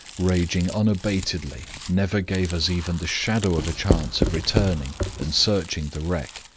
raging unabatedly, never gave us even the shadow of a chance of returning and searching the wreck.